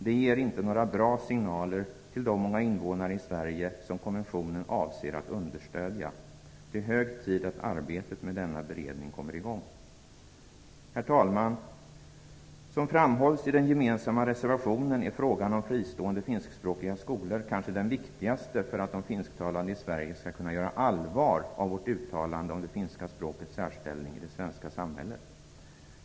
Det ger inte några bra signaler till de många invånare i Sverige som konventionen avses understödja. Det är hög tid att arbetet med denna beredning kommer i gång. Herr talman! Som framhålls i den gemensamma reservationen är frågan om fristående finskspråkiga skolor kanske den viktigaste för att de finsktalande i Sverige skall kunna göra allvar av vårt uttalande om det finska språkets särställning i det svenska samhället.